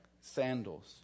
sandals